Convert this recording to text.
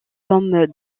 comme